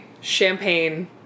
Champagne